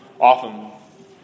often